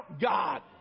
God